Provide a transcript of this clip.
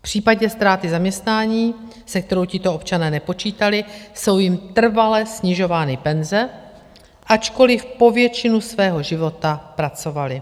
V případě ztráty zaměstnání, se kterou tito občané nepočítali, jsou jim trvale snižovány penze, ačkoliv po většinu svého života pracovali.